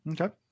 Okay